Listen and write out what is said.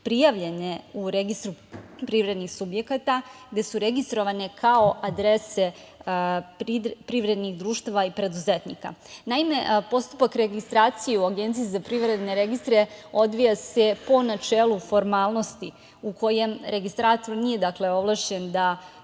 prijavljene u registru privrednih subjekata, gde su registrovane kao adrese privrednih društava i preduzetnika. Naime, postupak registracije u Agenciji za privredne registre odvija se po načelu formalnosti, u kojem registrator nije ovlašćen da